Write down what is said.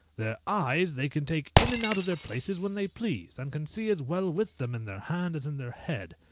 their eyes they can take in and out of their places when they please, and can see as well with them in their hand as in their head!